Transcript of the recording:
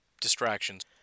distractions